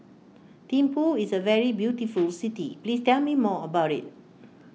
Thimphu is a very beautiful city please tell me more about it